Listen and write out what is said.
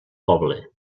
poble